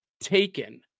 taken